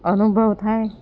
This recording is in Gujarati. અનુભવ થાય